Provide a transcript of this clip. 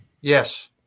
Yes